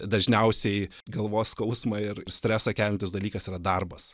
dažniausiai galvos skausmą ir stresą keliantis dalykas yra darbas